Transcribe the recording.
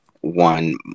one